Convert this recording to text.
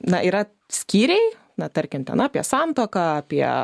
na yra skyriai na tarkim ten apie santuoką apie